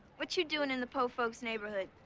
what you doing in the poor folks' neighborhood?